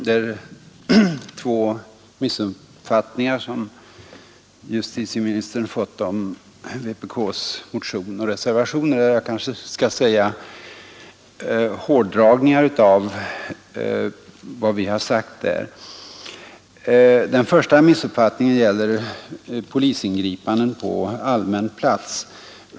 Herr talman! Justitieministern har råkat ut för två missuppfattningar när det gäller vpk:s motion och reservationer eller kanske jag skall säga att han gjort hårdragningar av vad vi har sagt där. Den första missuppfattningen gäller polisingripanden på allmän plats.